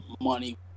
money